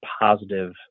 positive